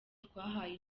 twahaye